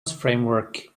framework